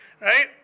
right